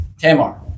Tamar